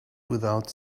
without